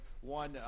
one